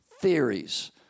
theories